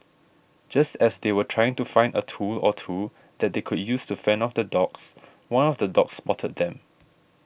just as they were trying to find a tool or two that they could use to fend off the dogs one of the dogs spotted them